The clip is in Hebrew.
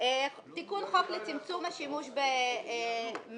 תיקון חוק לצמצום השימוש במזומן,